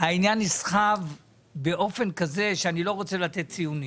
העניין נסחב באופן כזה שאני לא רוצה לתת ציונים.